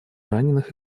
раненых